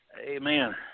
Amen